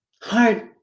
hard